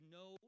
no